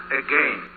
again